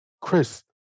Chris